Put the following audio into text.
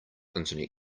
internet